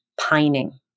pining